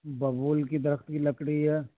ببول کے درخت کی لکڑی ہے